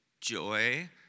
joy